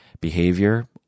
behavior